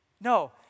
No